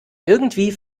irgendwie